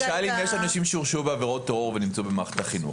הוא שאל אם יש אנשים שהורשעו בעבירות טרור ונמצאים במערכת החינוך.